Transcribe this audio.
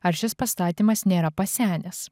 ar šis pastatymas nėra pasenęs